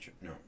No